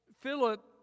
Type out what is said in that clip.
Philip